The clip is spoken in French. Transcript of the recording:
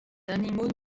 animaux